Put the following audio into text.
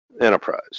enterprise